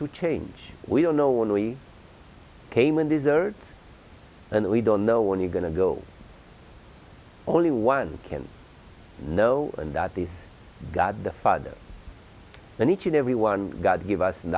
to change we don't know when we came in deserts and we don't know when you're going to go only one can know and that this god the father and each and every one god give us an